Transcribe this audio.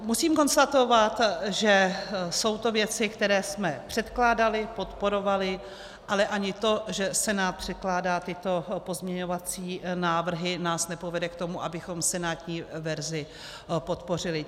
Musím konstatovat, že jsou to věci, které jsme předkládali, podporovali, ale ani to, že Senát předkládá tyto pozměňovací návrhy, nás nepovede k tomu, abychom senátní verzi podpořili.